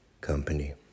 company